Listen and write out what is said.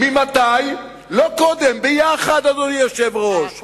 לא קודם, יחד, אדוני היושב-ראש.